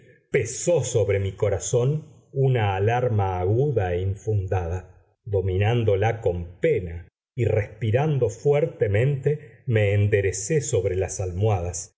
pesó sobre mi corazón una alarma aguda e infundada dominándola con pena y respirando fuertemente me enderecé sobre las almohadas